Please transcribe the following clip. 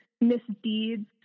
misdeeds